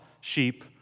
sheep